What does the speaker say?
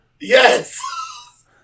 Yes